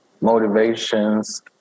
motivations